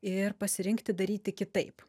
ir pasirinkti daryti kitaip